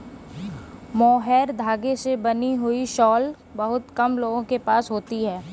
mohair धागे से बनी हुई शॉल बहुत कम लोगों के पास होती है